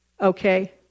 okay